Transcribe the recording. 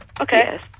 Okay